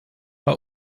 bei